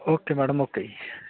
okay madam okay ਜੀ